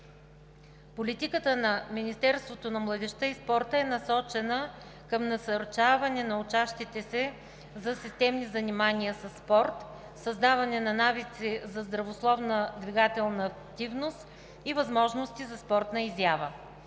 Политиката на Министерството на младежта и спорта е насочена към насърчаване на учащите за системни занимания със спорт, създаване на навици за здравословна двигателна активност и възможности за спортна изява.